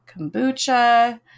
kombucha